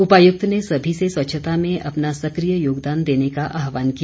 उपायुक्त ने सभी से स्वच्छता में अपना सक्रिय योगदान देने का आहवान किया